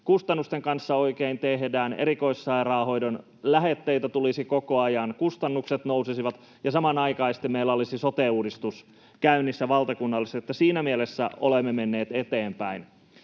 kustannusten kanssa oikein tehdään, erikoissairaanhoidon lähetteitä tulisi koko ajan, kustannukset nousisivat, ja samanaikaisesti meillä olisi sote-uudistus käynnissä valtakunnallisesti. Eli siinä mielessä olemme menneet eteenpäin.